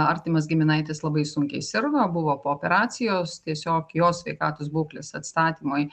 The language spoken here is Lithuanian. artimas giminaitis labai sunkiai sirgo buvo po operacijos tiesiog jo sveikatos būklės atstatymui